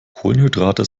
kohlenhydrate